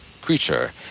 creature